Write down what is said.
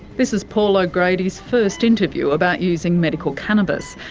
this is paul o'grady's first interview about using medical cannabis.